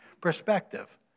Perspective